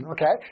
Okay